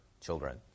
children